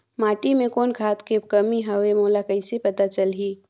माटी मे कौन खाद के कमी हवे मोला कइसे पता चलही?